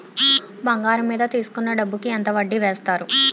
బంగారం మీద తీసుకున్న డబ్బు కి ఎంత వడ్డీ వేస్తారు?